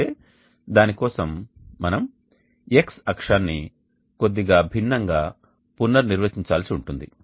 అయితే దాని కోసం మనం X అక్షాన్ని కొద్దిగా భిన్నంగా పునర్నిర్వచించాల్సి ఉంటుంది